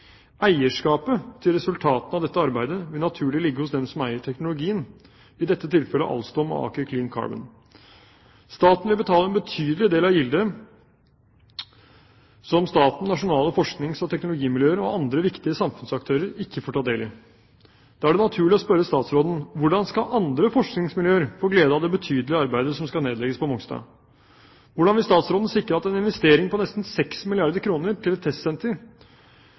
Eierskapet til resultatene av dette arbeidet vil naturlig ligge hos dem som eier teknologien, i dette tilfellet Alstom og Aker Clean Carbon. Staten vil betale en betydelig del av gildet, som staten, nasjonale forsknings- og teknologimiljøer og andre viktige samfunnsaktører ikke får ta del i. Da er det naturlig å spørre statsråden: Hvordan skal andre forskningsmiljøer få glede av det betydelige arbeidet som skal nedlegges på Mongstad? Hvordan vil statsråden sikre at en investering på nesten 6 milliarder kr til et